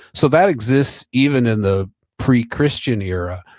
so that exists even in the pre-christian era.